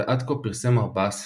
ועד כה פרסם ארבעה ספרים.